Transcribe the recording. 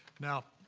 now,